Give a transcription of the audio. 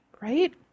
Right